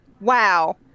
Wow